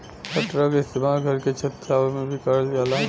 पटरा के इस्तेमाल घर के छत छावे में भी करल जाला